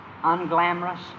unglamorous